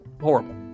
horrible